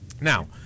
Now